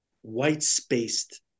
white-spaced